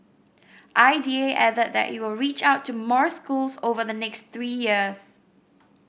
I D A added that it will reach out to more schools over the next three years